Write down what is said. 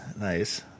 Nice